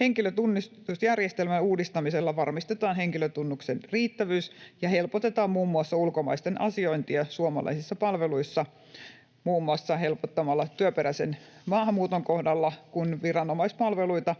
Henkilötunnistusjärjestelmän uudistamisella varmistetaan henkilötunnusten riittävyys ja helpotetaan muun muassa ulkomaisten asiointia suomalaisissa palveluissa muun muassa työperäisen maahanmuuton kohdalla, kun viranomaispalveluita